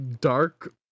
dark